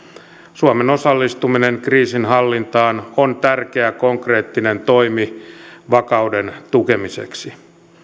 suomen osallistuminen kriisinhallintaan on tärkeä konkreettinen toimi vakauden tukemiseksi